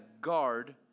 guard